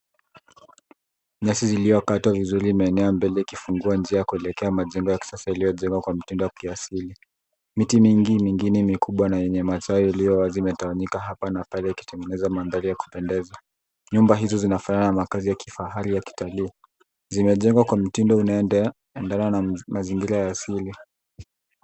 Nyasi zilizokatwa vizuri imeenea mbele ikifungua njia kuelekea majengo ya kisasa iliyojengwa kwa mtindo wa kiasili. Miti mingi mingine mikubwa na yenye matawi iliyowazi imetawanyika hapa na pale ikitengeneza mandhari ya kupendeza. Nyumba hizo zinafanana na makazi ya kifahari ya kitalii. Zimejengwa kwa mtindo unaoendana na mazingira ya asili.